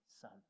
Son